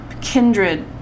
kindred